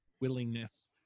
willingness